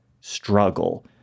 struggle